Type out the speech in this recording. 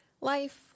life